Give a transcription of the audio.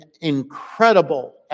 incredible